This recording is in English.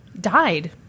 Died